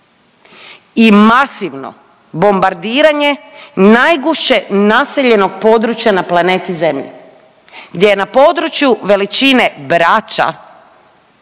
I masivno bombardiranje najgušće naseljenog područja na planeti zemlji. Gdje na području veličine Brača